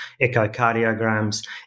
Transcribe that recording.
echocardiograms